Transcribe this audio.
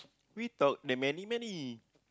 we talk the many many